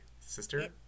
sister